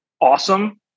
awesome